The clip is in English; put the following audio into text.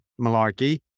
malarkey